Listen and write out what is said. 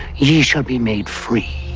ye shall be made free?